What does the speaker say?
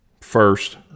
first